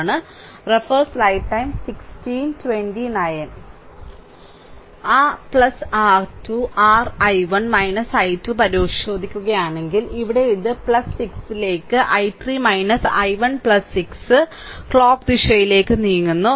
ആ R 2 r I1 I2 പരിശോധിക്കുകയാണെങ്കിൽ ഇവിടെ ഇത് 6 ലേക്ക് I3 I1 6 ക്ലോക്ക് ദിശയിലേക്ക് നീങ്ങുന്നു